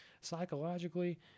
Psychologically